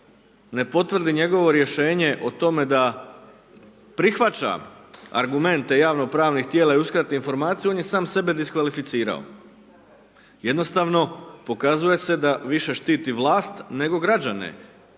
ne potvrdi njegovo rješenje o tome da prihvaća argumente javno pravnih tijela i uskrati informaciju, on je sam sebe diskvalificirao. Jednostavno, pokazuje se da više štiti vlast, nego građane.